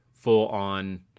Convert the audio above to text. full-on